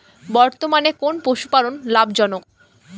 বর্তমানে কোন পশুপালন লাভজনক?